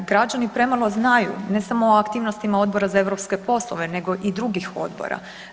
Građani premalo znaju ne samo o aktivnostima Odbora za europske poslove nego i drugih odbora.